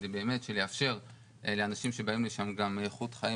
כדי לאפשר לאנשים שבאים לשם גם איכות חיים